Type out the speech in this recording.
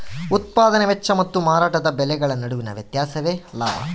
ಉತ್ಪದಾನೆ ವೆಚ್ಚ ಮತ್ತು ಮಾರಾಟದ ಬೆಲೆಗಳ ನಡುವಿನ ವ್ಯತ್ಯಾಸವೇ ಲಾಭ